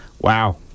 wow